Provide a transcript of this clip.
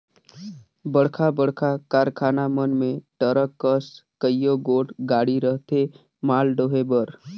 बड़खा बड़खा कारखाना मन में टरक कस कइयो गोट गाड़ी रहथें माल डोहे बर